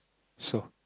so